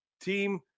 team